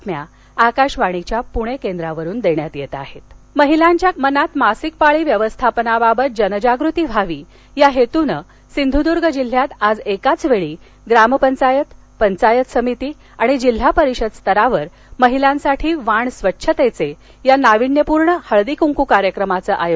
voice cast into महिलांच्या मनात मासिकपाळी व्यवस्थापनाबाबत जनजागृती व्हावी या हेतून सिंधूदर्ग जिल्ह्यात आज एकाचवेळी ग्रामपंचायतपंचायत समिती आणि जिल्हा परिषद स्तरावर महिलांसाठी वाण स्वच्छतेचे या नाविन्यपूर्ण हळदीकृंकु कार्यक्रमाच आयोजन करण्यात आलं आहे